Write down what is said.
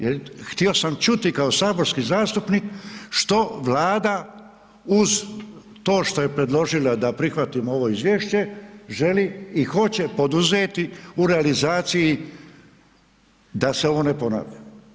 Jer htio sam čuti kao saborski zastupnik što Vlada, uz to što je predložila da prihvatimo ovo izvješće želi i hoće poduzeti u realizaciji da se ovo ne ponavlja?